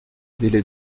délais